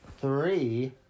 three